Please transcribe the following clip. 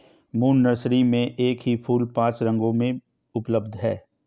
moon nursery में एक ही फूल पांच रंगों में उपलब्ध है